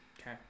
Okay